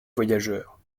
voyageurs